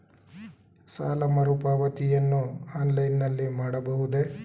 ಸಾಲ ಮರುಪಾವತಿಯನ್ನು ಆನ್ಲೈನ್ ನಲ್ಲಿ ಮಾಡಬಹುದೇ?